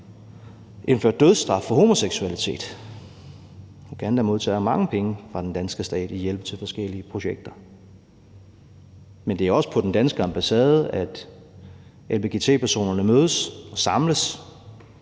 indføre dødsstraf for homoseksualitet. Uganda modtager mange penge fra den danske stat i hjælp til forskellige projekter. Men det er også på den danske ambassade, at lgbt-personerne mødes og samles,